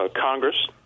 Congress